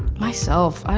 myself.